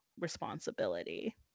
responsibility